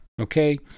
okay